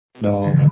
No